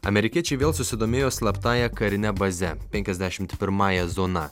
amerikiečiai vėl susidomėjo slaptąja karine baze penkiasdešim pirmąja zona